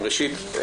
ראשית,